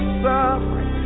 suffering